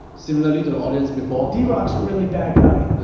similarly to audience before. drock's a really bad guy.